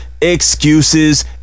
excuses